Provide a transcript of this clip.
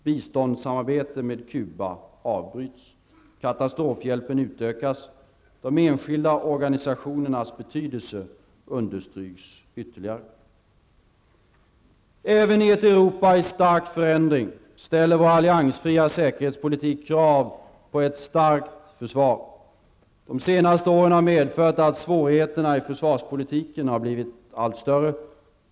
Biståndssamarbetet med Kuba avbryts. Katastrofhjälpen utökas. De enskilda organisationernas betydelse understryks ytterligare. Även i ett Europa i stark förändring ställer vår alliansfria säkerhetspolitik krav på ett starkt försvar. De senaste åren har medfört att svårigheterna i försvarspolitiken blivit allt större.